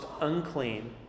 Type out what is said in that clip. unclean